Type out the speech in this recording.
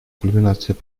кульминацией